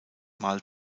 mal